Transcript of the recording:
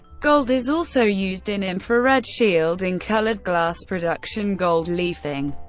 gold is also used in infrared shielding, colored-glass production, gold leafing,